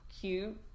cute